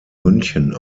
münchen